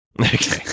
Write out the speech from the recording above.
Okay